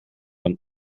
einem